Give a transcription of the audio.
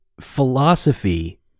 philosophy